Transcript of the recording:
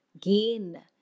gain